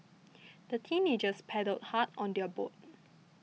the teenagers paddled hard on their boat